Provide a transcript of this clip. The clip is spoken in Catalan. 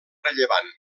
rellevant